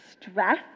Stress